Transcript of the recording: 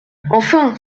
enfin